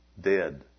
Dead